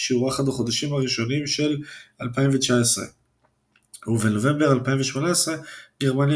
שהוארך עד החודשים הראשונים של 2019. ובנובמבר 2018 גרמניה